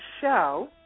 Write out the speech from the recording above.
show